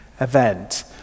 event